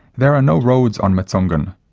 there are no roads on matsungan,